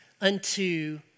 unto